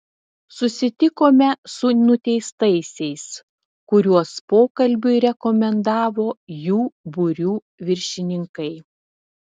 susitikome su nuteistaisiais kuriuos pokalbiui rekomendavo jų būrių viršininkai